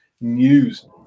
news